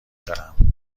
دارم